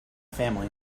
family